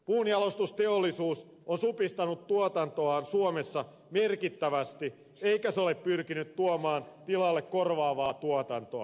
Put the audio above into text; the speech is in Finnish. puunjalostusteollisuus on supistanut tuotantoaan suomessa merkittävästi eikä se ole pyrkinyt tuomaan tilalle korvaavaa tuotantoa